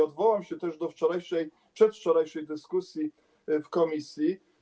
Odwołam się także do wczorajszej, przedwczorajszej dyskusji w komisji.